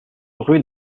rue